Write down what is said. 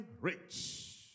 rich